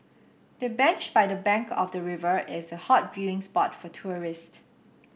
the bench by the bank of the river is a hot viewing spot for tourists